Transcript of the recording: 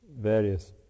various